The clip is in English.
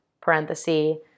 parenthesis